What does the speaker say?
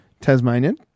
Tasmanian